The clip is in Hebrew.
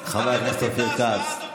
חבר הכנסת אופיר כץ,